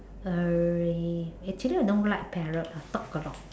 err actually I don't like parrot ah talk a lot